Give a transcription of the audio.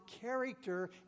character